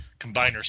combiner